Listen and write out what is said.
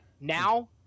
Now